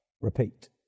repeat